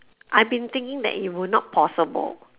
I been thinking it will not possible